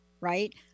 right